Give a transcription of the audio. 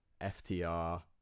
FTR